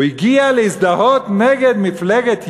הוא הגיע להזדהות נגד מפלגת "יוביק",